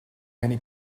many